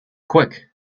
quick